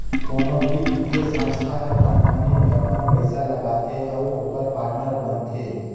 कोनो भी बित्तीय संस्था हर कंपनी में अपन पइसा लगाथे अउ ओकर पाटनर बनथे